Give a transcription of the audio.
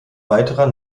weiterer